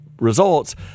results